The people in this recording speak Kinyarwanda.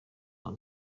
haza